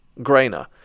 Grainer